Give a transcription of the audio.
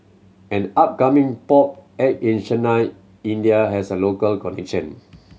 an upcoming pop act in Chennai India has a local